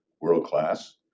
world-class